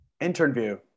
Interview